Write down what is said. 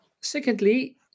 Secondly